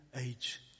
age